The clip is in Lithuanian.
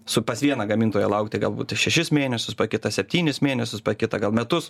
su pas vieną gamintoją laukti galbūt šešis mėnesius pa kitą septynis mėnesius pa kitą gal metus